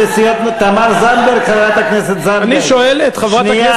תמר זנדברג, חברת הכנסת זנדברג, שנייה.